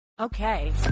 Okay